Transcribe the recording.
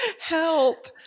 help